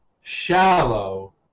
shallow